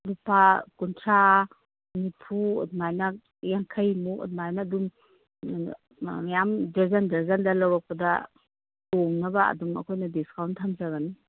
ꯂꯨꯄꯥ ꯀꯨꯟꯊ꯭ꯔꯥ ꯅꯤꯐꯨ ꯑꯗꯨꯃꯥꯏꯅ ꯌꯥꯡꯈꯩꯃꯨꯛ ꯑꯗꯨꯃꯥꯏꯅ ꯑꯗꯨꯝ ꯃꯌꯥꯝ ꯗꯔꯖꯟ ꯗꯔꯖꯟꯗ ꯂꯧꯔꯛꯄꯗ ꯇꯣꯡꯅꯕ ꯑꯗꯨꯝ ꯑꯩꯈꯣꯏꯅ ꯗꯤꯁꯀꯥꯎꯟ ꯊꯝꯖꯒꯅꯤ